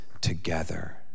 together